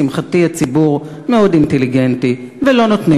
לשמחתי, הציבור מאוד אינטליגנטי, ולא נותן